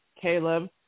Caleb